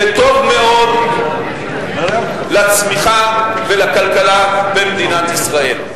וטוב מאוד לצמיחה ולכלכלה במדינת ישראל.